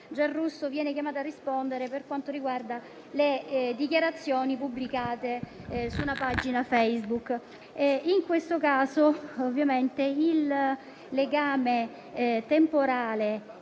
Giarrusso viene chiamato a rispondere per le dichiarazioni pubblicate su una pagina Facebook.